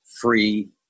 free